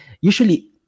usually